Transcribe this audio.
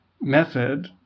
method